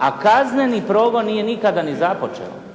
a kazneni progon nije nikada ni započeo.